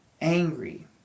angry